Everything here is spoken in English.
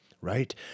right